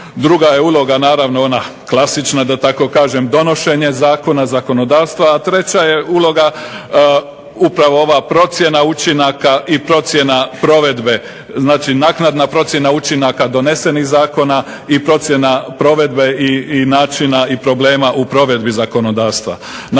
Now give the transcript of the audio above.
Druga je uloga naravno ona klasična da tako kažem, donošenje zakona zakonodavstva, a treća je uloga upravo ova procjena učinaka i procjena provedbe. Znači naknadna procjena učinaka donesenih zakona i procjena provedbe i načina i problema u provedbi zakonodavstva.